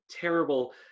terrible